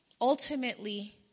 ultimately